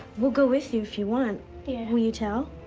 we'll go with you if you want. yeah. will you tell?